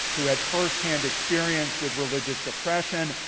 who had first-hand experience with religious oppression.